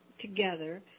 together